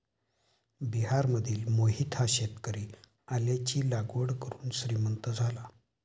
बिहारमधील मोहित हा शेतकरी आल्याची लागवड करून श्रीमंत झाला